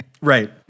Right